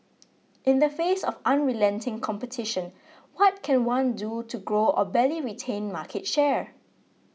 in the face of unrelenting competition what can one do to grow or barely retain market share